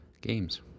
games